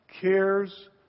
cares